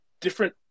different